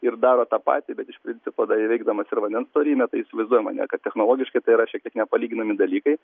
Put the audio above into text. ir daro tą patį iš principo dar įveikdamas ir vandens storymę tai įsivaizduojam ar ne kad technologiškai tai yra šiek tiek nepalyginami dalykai